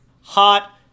hot